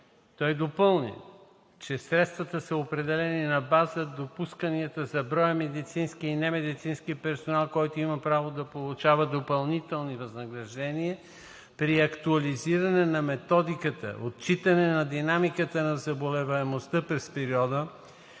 Той допълни, че средствата са определени на база допусканията за броя медицински и немедицински персонал, който има право да получава допълнителни възнаграждения при актуализиране на методиката, отчитане на динамиката на заболеваемостта през периода,